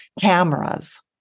cameras